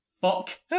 Fuck